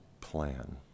plan